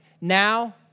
Now